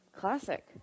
classic